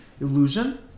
illusion